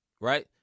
Right